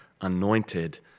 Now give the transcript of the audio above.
anointed